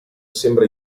sembra